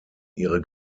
ihre